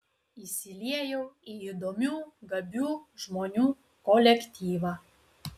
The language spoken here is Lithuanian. įsiliejau į įdomių gabių žmonių kolektyvą